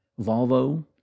Volvo